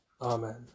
Amen